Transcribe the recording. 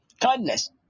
Kindness